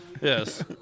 yes